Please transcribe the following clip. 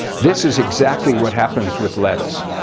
this is exactly what happens with lettuce.